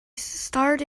starred